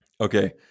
Okay